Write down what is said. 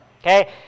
Okay